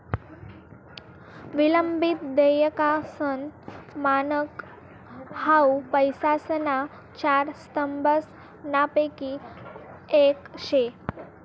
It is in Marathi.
विलंबित देयकासनं मानक हाउ पैसासना चार स्तंभसनापैकी येक शे